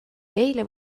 eile